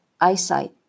eyesight